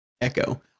Echo